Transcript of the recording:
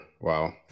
Wow